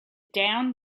down